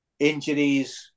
Injuries